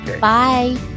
Bye